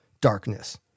darkness